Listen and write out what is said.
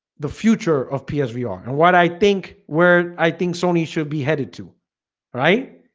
the future of psvr and what i think we're i think sony should be headed to right